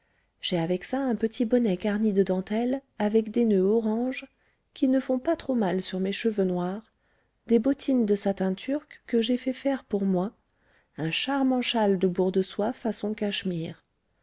j'ai avec ça un petit bonnet garni de dentelles avec des noeuds orange qui ne font pas trop mal sur mes cheveux noirs des bottines de satin turc que j'ai fait faire pour moi un charmant châle de bourre de soie façon cachemire